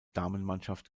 damenmannschaft